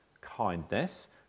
kindness